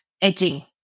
edging